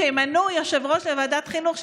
שימנו יושב-ראש לוועדת חינוך,